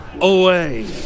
away